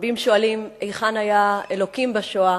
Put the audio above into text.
רבים שואלים היכן היה אלוקים בשואה.